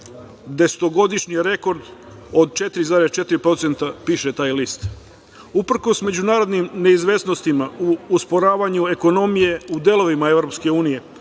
desetogodišnji rekord od 4,4%, piše taj list. Uprkos međunarodnim neizvesnostima u osporavanju ekonomije u delovima EU,